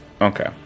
Okay